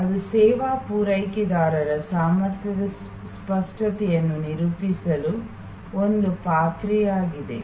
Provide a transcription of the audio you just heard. ಅದು ಸೇವಾ ಪೂರೈಕೆದಾರರ ಸಾಮರ್ಥ್ಯದ ಸ್ಪಷ್ಟತೆಯನ್ನು ನಿರೂಪಿಸಲು ಒಂದು ಪಾತ್ರೆಯಾಗಿದೆ